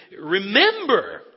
Remember